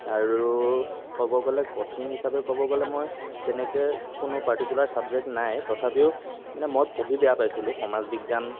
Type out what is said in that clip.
আৰু ক'ব গ'লে কঠিন হিচাপে ক'ব গ'লে মই তেনেকে কোনো পাৰ্টিকোলাৰ ছাবজেক্ট নাই তথাপিও মানে মই পঢ়ি বেয়া পাইছিলোঁ সমাজ বিজ্ঞান